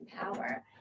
power